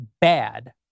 bad